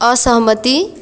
असहमति